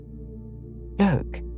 Look